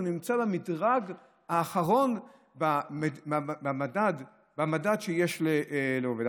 הוא נמצא במדרג האחרון במדד שיש לעובד.